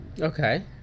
Okay